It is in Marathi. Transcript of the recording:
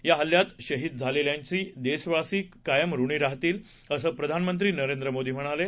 या हल्ल्यात शहीद झालेल्यांचे देशवासी कायम ऋणी राहतील असं प्रधानमंत्री नरेंद्र मोदी यांनी म्हटलं आहे